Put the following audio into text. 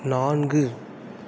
நான்கு